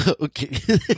Okay